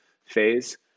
phase